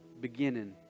beginning